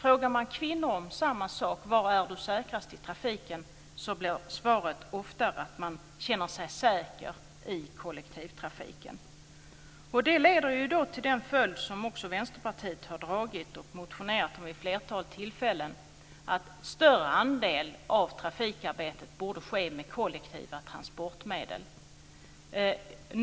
Frågar man kvinnor om samma sak, var de är säkrast i trafiken, blir svaret oftare att de känner sig säkra i kollektivtrafiken. Det leder till den slutsats som också Vänsterpartiet har dragit och motionerat om vid ett flertal tillfällen, nämligen att en större andel av trafikarbetet borde ske med kollektiva transportmedel.